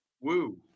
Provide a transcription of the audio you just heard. woo